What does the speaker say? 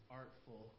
artful